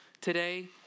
today